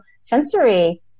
sensory